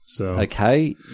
Okay